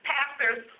Pastors